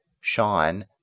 sean